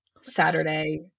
Saturday